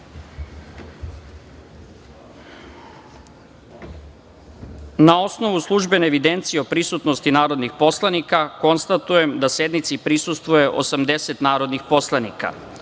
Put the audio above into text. osnovu službene evidencije o prisutnosti narodnih poslanika, konstatujem da sednici prisustvuje 80 narodnih poslanika. Radi